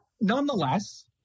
nonetheless